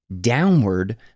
downward